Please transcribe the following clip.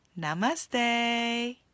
Namaste